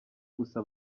gusa